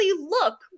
look